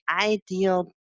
ideal